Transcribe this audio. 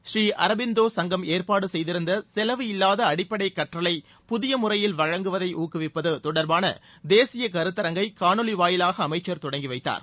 ஸ்ரீ அரபிந்தோ சங்கம் ஏற்பாடு செய்திருந்த செலவு இல்லாத அடிப்படை கற்றலை புதிய முறையில் வழங்குவதை ஊக்குவிப்பது தொடர்பான தேசிய கருத்தரங்கை காணொலி வாயிவாக அமைச்சர் தொடங்கி வைத்தார்